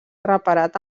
reparat